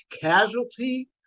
casualty